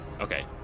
Okay